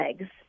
eggs